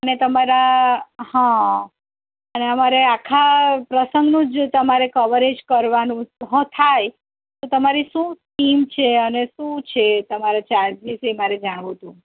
ને તમારા હં અને અમારે આખા પ્રસંગનું જ તમારે કવરેજ કરવાનું થાય તો તમારી શું થીમ છે અને શું છે તમારા ચાર્જિસ એ મારે જાણવું હતું